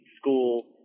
school